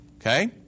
okay